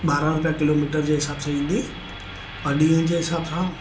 ॿारहं रुपिया किलोमिटर जे हिसाब सां ईंदी और ॾींहंनि जे हिसाब सां